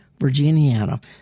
virginiana